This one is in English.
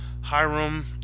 Hiram